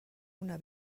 una